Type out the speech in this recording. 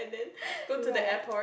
right